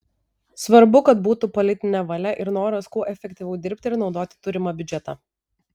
svarbu kad būtų politinė valia ir noras kuo efektyviau dirbti ir naudoti turimą biudžetą